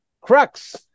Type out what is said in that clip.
crux